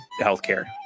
healthcare